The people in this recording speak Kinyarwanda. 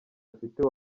bafite